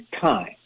time